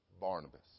Barnabas